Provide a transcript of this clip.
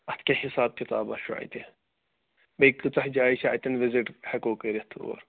اَتھ کیٛاہ حساب کِتابہ چھُ اَتہِ بیٚیہِ کۭژاہ جایہِ چھِ اَتٮ۪ن وِزِٹ ہٮ۪کو کٔرِتھ اور